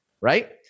Right